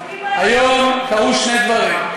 היום קרו שני דברים: